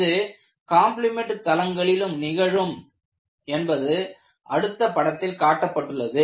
இது காம்ப்ளிமென்ட் தளங்களிலும் நிகழும் என்பது அடுத்த படத்தில் காட்டப்பட்டுள்ளது